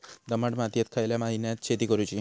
दमट मातयेत खयल्या महिन्यात शेती करुची?